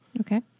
okay